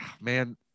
Man